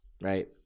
Right